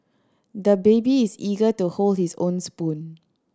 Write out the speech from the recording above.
the baby is eager to hold his own spoon